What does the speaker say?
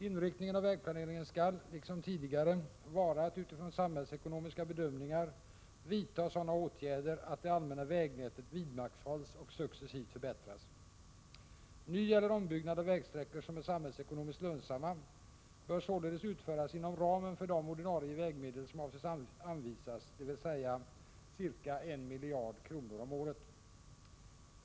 Inriktningen av vägplaneringen skall — liksom tidigare — vara att utifrån samhällsekonomiska bedömningar vidta sådana åtgärder att det allmänna vägnätet vidmakthålls och successivt förbättras. Nyeller ombyggnad av vägsträckor som är samhällsekonomiskt lönsamma bör således utföras inom ramen för de ordinarie vägmedel som avses anvisas, dvs. ca 1 000 milj.kr. per år.